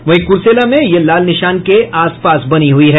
वहीं कुर्सेला में यह लाल निशान के आसपास बनी हुई है